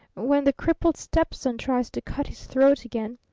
when the crippled stepson tries to cut his throat again,